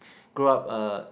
grow up uh